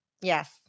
Yes